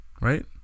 right